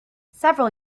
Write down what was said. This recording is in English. several